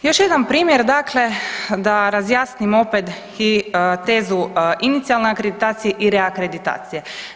Još jedan primjer dakle da razjasnim opet tezu inicijalne akreditacije i reakreditacije.